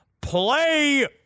play